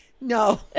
No